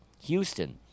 Houston